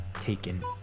Taken